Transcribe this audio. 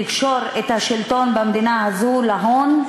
תקשור את השלטון במדינה הזאת להון,